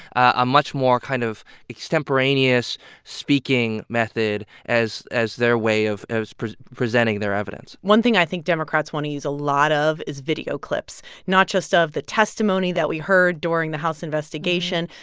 a much more kind of extemporaneous speaking method as as their way of presenting their evidence one thing i think democrats want to use a lot of is video clips, not just of the testimony that we heard during the house investigation.